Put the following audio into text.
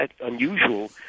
unusual